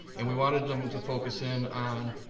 and we wanted them to focus in on